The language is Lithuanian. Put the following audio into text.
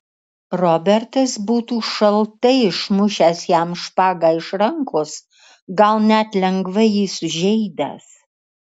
robertas būtų šaltai išmušęs jam špagą iš rankos gal net lengvai jį sužeidęs